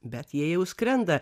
bet jie jau skrenda